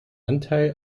anteil